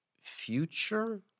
future